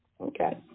Okay